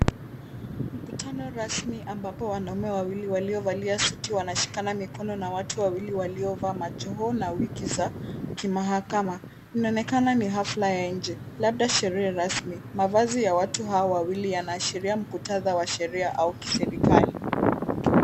Mkutano rasmi ambapo wanaume wawili waliovalia suti wanashikana mikono na watu wawili waliovaa majoho na wigi za kimahakama. Inaonekana ni hafla ya nje labda sherehe rasmi. Mavazi ya watu hawa wawili yanaashiria muktadha wa sheria au kiserikali.